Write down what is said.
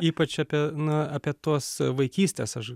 ypač apie na apie tuos vaikystės aš